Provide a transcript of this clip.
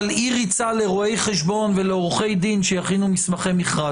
אבל אי ריצה לרואי חשבון ולעורכי דין שיכינו מסמכי מכרז.